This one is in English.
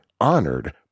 honored